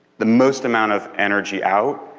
the most amount of energy out,